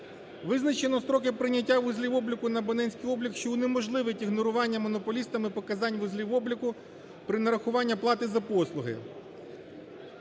Визначено строки прийняття вузлів обліку на абонентський облік, що унеможливить ігнорування монополістами показань вузлів обліку при нарахуванні плати за послуги.